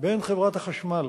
בין חברת החשמל